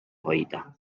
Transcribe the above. hoida